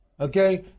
Okay